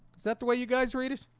is that the way you guys read it?